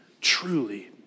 truly